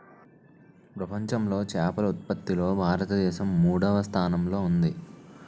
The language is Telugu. ప్రపంచంలో చేపల ఉత్పత్తిలో భారతదేశం మూడవ స్థానంలో ఉంది